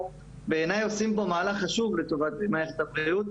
ובעיניי אנחו עושים פה מהלך חשוב לטובת מערכת הבריאות,